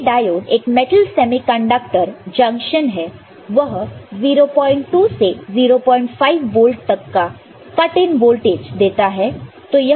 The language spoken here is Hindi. शॉटकी डायोड एक मेटल सेमीकंडक्टर जंक्शन है वह 02 से05 वोल्ट तक का कट इन वोल्टेज देता है